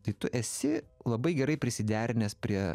tai tu esi labai gerai prisiderinęs prie